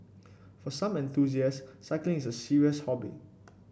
for some enthusiasts cycling is a serious hobby